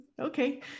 Okay